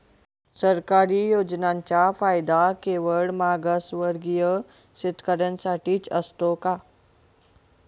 सरकारी योजनांचा फायदा केवळ मागासवर्गीय शेतकऱ्यांसाठीच असतो का?